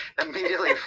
Immediately